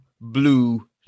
blue